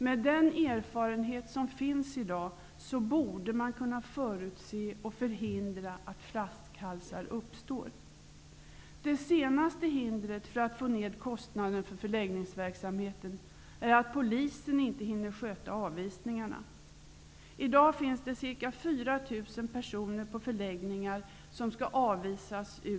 Med den erfarenhet som i dag finns borde man kunna förutse och förhindra att flaskhalsar uppstår. Det senaste hindret för att få ned kostnaderna för förläggningsverksamheten är att Polisen inte hinner med att sköta avvisningarna. I dag finns det ca 4 000 personer på förläggningarna som skall avvisas.